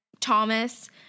Thomas